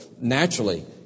naturally